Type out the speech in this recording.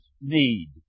need